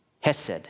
Hesed